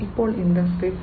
ഇപ്പോൾ ഇൻഡസ്ട്രി 4